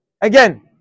Again